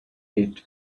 pit